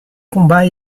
combats